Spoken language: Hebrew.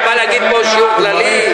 אתה בא להגיד פה שיעור כללי?